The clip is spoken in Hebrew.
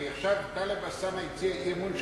הרי עכשיו טלב אלסאנע הציע אי-אמון,